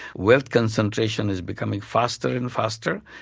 wealth concentration is becoming faster and faster,